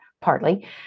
partly